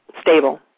stable